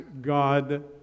God